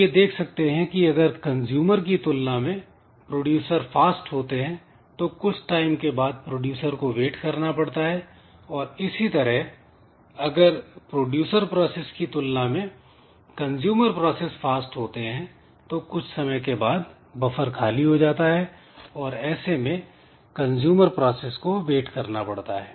हम यह देख सकते हैं कि अगर कंजूमर की तुलना में प्रोड्यूसर फास्ट होते हैं तो कुछ टाइम के बाद प्रोड्यूसर को वेट करना पड़ता है और इसी तरह अगर प्रोड्यूसर प्रोसेस की तुलना में कंजूमर प्रोसेस फास्ट होते हैं तो कुछ समय के बाद बफर खाली हो जाता है और ऐसे में कंजूमर प्रोसेस को वेट करना पड़ता है